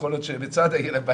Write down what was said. שקלים.